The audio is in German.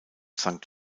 sankt